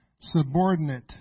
Subordinate